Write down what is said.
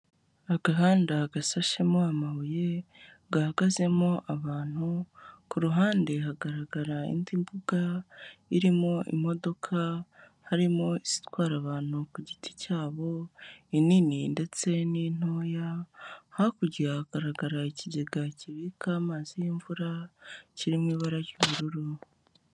Agahanda gasashemo amabuye, gahagazemo abantu, ku ruhande hagaragara indi mbuga irimo imodoka, harimo izitwara abantu ku giti cyabo inini ndetse n'intoya, hakurya hagaragara ikigega kibika amazi y'imvura, kiri mu ibara ry'ubururu.